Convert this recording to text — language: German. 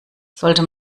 sollte